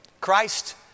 Christ